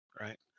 right